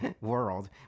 world